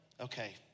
Okay